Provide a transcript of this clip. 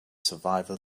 survival